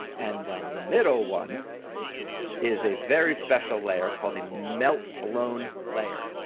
and the middle one is a very special layer called a melt-blown layer.